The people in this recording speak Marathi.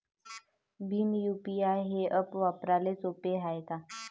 भीम यू.पी.आय हे ॲप वापराले सोपे हाय का?